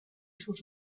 sus